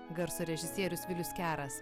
garso režisierius vilius keras